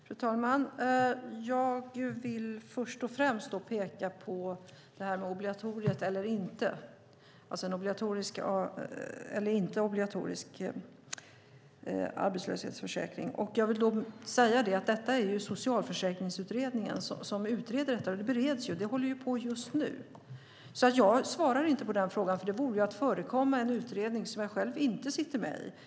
Fru talman! Jag vill först och främst peka på frågan om obligatorium eller inte, alltså den obligatoriska eller inte obligatoriska arbetslöshetsförsäkringen, och vill då säga att det är Socialförsäkringsutredningen som utreder detta. Frågan bereds ju. Det håller på just nu. Jag svarar inte på den frågan, för det vore att förekomma en utredning som jag själv inte sitter med i.